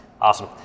Awesome